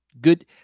good